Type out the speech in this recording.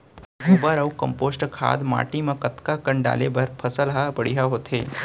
गोबर अऊ कम्पोस्ट खाद माटी म कतका कन डाले बर फसल ह बढ़िया होथे?